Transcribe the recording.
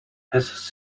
has